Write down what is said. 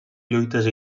lluites